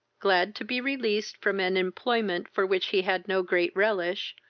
glad to be released from an employment for which he had no great relish,